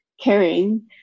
caring